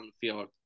field